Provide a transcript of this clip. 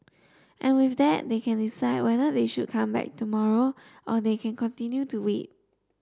and with that they can decide whether they should come back tomorrow or they can continue to wait